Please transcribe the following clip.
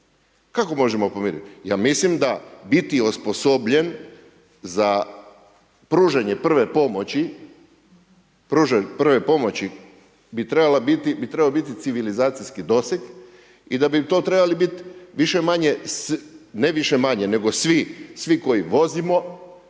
kako možemo pomiriti? Ja mislim da biti osposobljen za pružanje prve pomoći. Pružanje prve pomoći bi trebao biti civilizacijski doseg i da bi to trebalo biti više-manje, ne više-manje nego svi koji vozimo